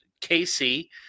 Casey